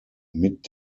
mit